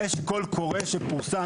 יש קול קור שפורסם.